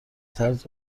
طرز